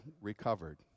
recovered